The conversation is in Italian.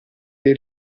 dei